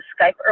Skype